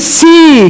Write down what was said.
see